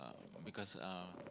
because uh